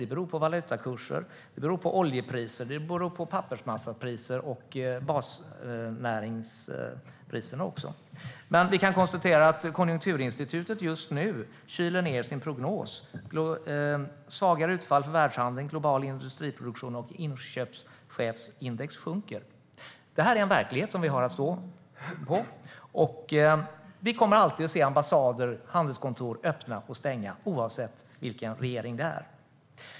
Det beror på valutakurser, oljepriser, pappersmassapriser och basnäringspriser. Vi kan dock konstatera att Konjunkturinstitutet just nu kyler ned sin prognos: svagare utfall för världshandeln, global industriproduktion och inköpschefsindex sjunker. Detta är den verklighet som vi har att stå på. Vi kommer alltid att se ambassader och handelskontor öppna och stänga, oavsett vilken regering det är.